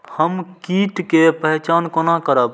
हम कीट के पहचान कोना करब?